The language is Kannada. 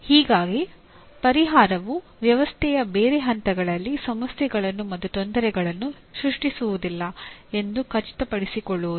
ಹೀಗಾಗಿ ಪರಿಹಾರವು ವ್ಯವಸ್ಥೆಯ ಬೇರೆ ಹಂತಗಳಲ್ಲಿ ಸಮಸ್ಯೆಗಳನ್ನು ಮತ್ತು ತೊಂದರೆಗಳನ್ನು ಸೃಷ್ಟಿಸುವುದಿಲ್ಲ ಎಂದು ಖಚಿತಪಡಿಸಿಕೊಳ್ಳುವುದು